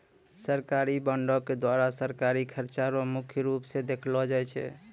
सरकारी बॉंडों के द्वारा सरकारी खर्चा रो मुख्य रूप स देखलो जाय छै